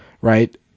right